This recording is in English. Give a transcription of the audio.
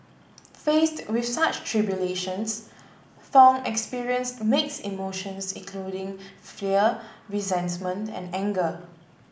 faced with such tribulations Thong experienced mixed emotions including fear resentment and anger